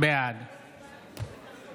בעד